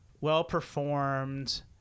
well-performed